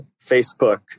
Facebook